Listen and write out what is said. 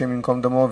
השם ייקום דמו,